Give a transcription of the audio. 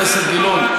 חבר הכנסת גילאון,